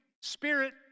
spirit